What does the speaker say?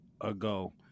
ago